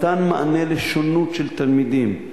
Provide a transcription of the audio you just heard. מתן מענה לשונות של תלמידים,